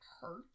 hurt